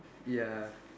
ya